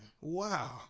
Wow